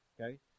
okay